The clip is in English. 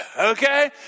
okay